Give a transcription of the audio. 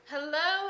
Hello